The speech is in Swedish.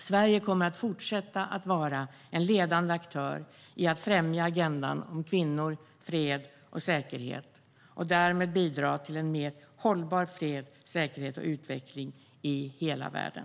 Sverige kommer att fortsätta att vara en ledande aktör i att främja agendan om kvinnor, fred och säkerhet och därmed bidra till mer hållbar fred, säkerhet och utveckling i hela världen.